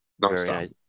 nice